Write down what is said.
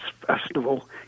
festival